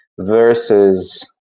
versus